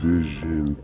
Vision